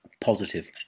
Positive